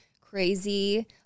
crazy